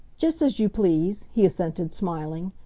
just as you please, he assented, smiling.